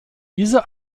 diese